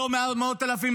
אם לא מאות אלפים,